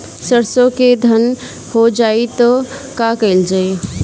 सरसो धन हो जाई त का कयील जाई?